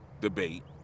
debate